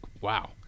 wow